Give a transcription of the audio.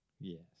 Yes